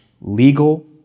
legal